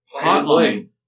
Hotline